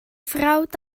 frawd